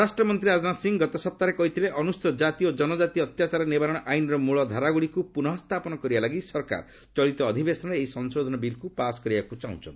ସ୍ୱରାଷ୍ଟ୍ରମନ୍ତ୍ରୀ ରାଜନାଥ ସିଂ ଗତ ସପ୍ତାହରେ କହିଥିଲେ ଅନୁସ୍ଚିତ କାତି ଓ କନକାତି ଅତ୍ୟାଚାର ନିବାରଣ ଆଇନ୍ର ମୃଳ ଧାରାଗୁଡ଼ିକୁ ପୁନଃ ସ୍ଥାପନ କରିବାଲାଗି ସରକାର ଚଳିତ ଅଧିବେଶନରେ ଏହି ସଂଶୋଧନ ବିଲ୍କୁ ପାସ୍ କରିବାକୁ ଚାହୁଁଛନ୍ତି